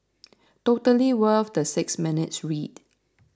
totally worth the six minutes read